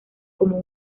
como